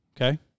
Okay